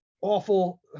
awful